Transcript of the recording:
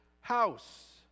house